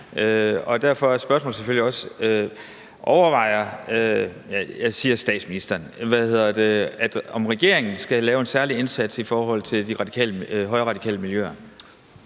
også: Overvejer statsministeren, om regeringen skal lave en særlig indsats i forhold til de højreradikale miljøer?